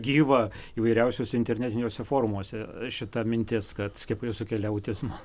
gyva įvairiausiuose internetiniuose forumuose šita mintis kad skiepai sukelia autizmą